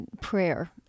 prayer